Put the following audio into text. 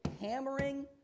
hammering